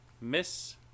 Miss